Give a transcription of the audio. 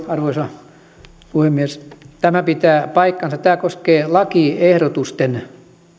arvoisa puhemies tämä pitää paikkansa tämä koskee lakiehdotusten